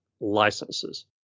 licenses